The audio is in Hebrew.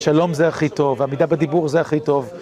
שלום זה הכי טוב, עמידה בדיבור זה הכי טוב.